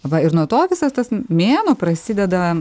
va ir nuo to visas tas mėnuo prasideda